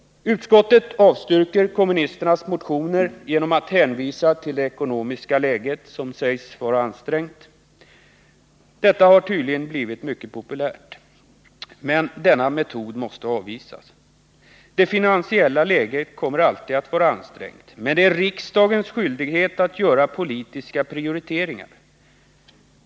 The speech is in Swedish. Utskottet avstyrker kommunisternas motioner genom att hänvisa till det ekonomiska läget, som sägs vara ansträngt. Detta har tydligen blivit en mycket populär metod, men den måste avvisas. Det finansiella läget kommer alltid att vara ansträngt, men det är riksdagens skyldighet att göra politiska prioriteringar.